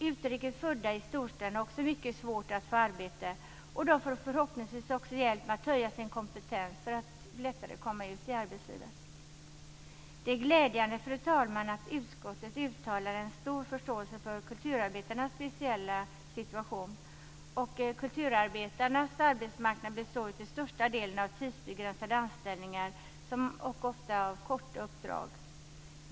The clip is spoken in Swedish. Utrikesfödda i storstäderna har också mycket svårt att få arbete, och de får förhoppningsvis också hjälp med att höja sin kompetens för att lättare komma ut i arbetslivet. Fru talman! Det är glädjande att utskottet uttalar en stor förståelse för kulturarbetarnas speciella situation. Kulturarbetarnas arbetsmarknad består ju till största delen av tidsbegränsade anställningar och ofta av korta uppdrag.